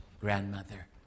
grandmother